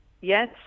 Yes